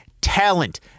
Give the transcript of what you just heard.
talent